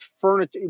furniture